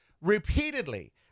repeatedly